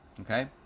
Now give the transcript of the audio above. Okay